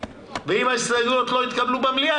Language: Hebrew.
ואם ההסתייגויות לא יתקבלו במליאה,